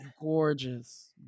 gorgeous